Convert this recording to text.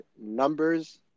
numbers